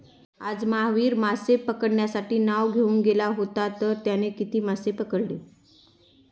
आज महावीर मासे पकडण्यासाठी नाव घेऊन गेला होता तर त्याने किती मासे पकडले?